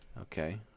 Okay